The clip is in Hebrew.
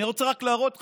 אני רוצה רק להראות לך,